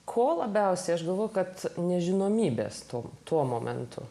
ko labiausiai aš galvoju kad nežinomybės tu tuo momentu